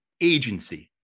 agency